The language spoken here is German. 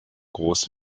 groß